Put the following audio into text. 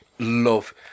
love